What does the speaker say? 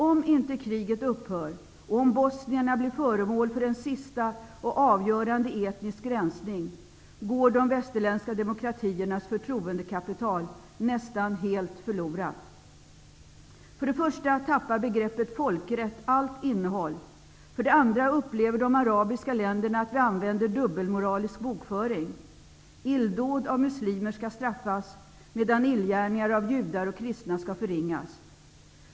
Om inte kriget upphör och om bosnierna blir föremål för en sista och avgörande etnisk rensning går de västerländska demokratiernas förtroendekapital nästan helt förlorat. För det första tappar begreppet folkrätt allt innehåll. För det andra upplever de arabiska länderna att vi använder dubbelmoralisk bokföring. Illdåd av muslimer skall straffas, medan illgärningar av judar och kristna skall förringas.